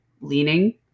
leaning